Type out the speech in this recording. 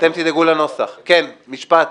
גברתי, בבקשה.